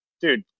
Dude